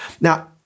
Now